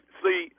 see